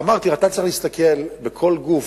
אמרתי, אתה צריך להסתכל בכל גוף.